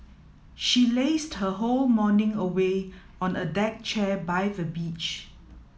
she lazed her whole morning away on a deck chair by the beach